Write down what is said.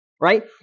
right